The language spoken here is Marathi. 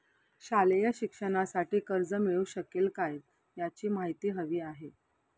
शालेय शिक्षणासाठी कर्ज मिळू शकेल काय? याची माहिती हवी आहे